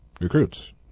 recruits